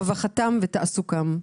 רווחתם ותעסוקתם.